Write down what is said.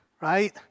right